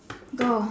go